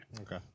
Okay